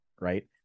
right